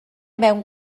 mewn